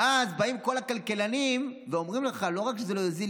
ואז באים כל הכלכלנים ואומרים לך: לא רק שזה לא יוזיל,